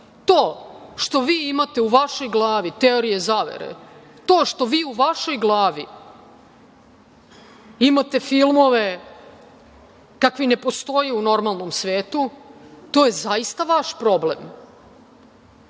što vi imate u vašoj glavi teorije zavere, to što vi u vašoj glavi imate filmove kakvi ne postoje u normalnom svetu, to je zaista vaš problem.